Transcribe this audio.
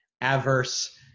adverse